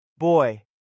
boy